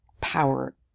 power